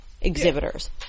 exhibitors